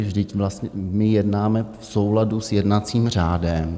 Vždyť vlastně my jednáme v souladu s jednacím řádem.